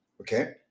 Okay